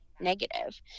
negative